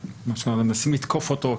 מנסים לתקוף אותו,